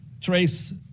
trace